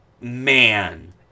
man